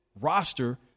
roster